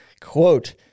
quote